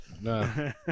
No